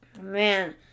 man